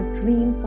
dream